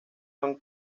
son